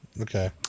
okay